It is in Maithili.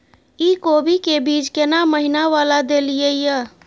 इ कोबी के बीज केना महीना वाला देलियैई?